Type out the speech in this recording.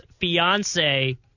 fiance